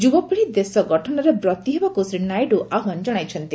ଯୁବପିଢ଼ି ଦେଶ ଗଠନରେ ବ୍ରତି ହେବାକୁ ଶ୍ରୀ ନାଇଡୁ ଆହ୍ୱାନ ଜଣାଇଛନ୍ତି